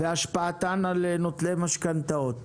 והשפעתן על נוטלי המשכנתאות.